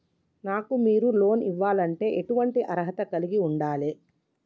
నాకు మీరు లోన్ ఇవ్వాలంటే ఎటువంటి అర్హత కలిగి వుండాలే?